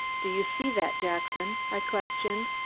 do you see that, jackson? i questioned.